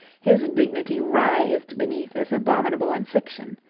his dignity writhed beneath this abominable infliction.